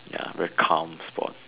ya very calm sport